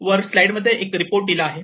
वर स्लाईड मध्ये एक रिपोर्ट दिला आहे